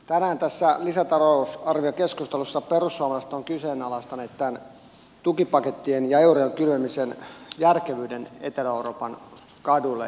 tänään tässä lisätalousarviokeskustelussa perussuomalaiset ovat kyseenalaistaneet tämän tukipakettien ja eurojen kylvämisen järkevyyden etelä euroopan kaduille